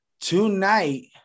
tonight